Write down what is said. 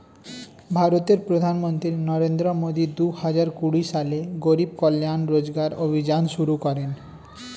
ভারতের প্রধানমন্ত্রী নরেন্দ্র মোদি দুহাজার কুড়ি সালে গরিব কল্যাণ রোজগার অভিযান শুরু করেন